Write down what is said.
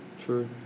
True